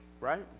Right